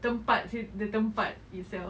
tempat the tempat itself